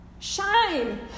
SHINE